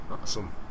Awesome